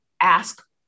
ask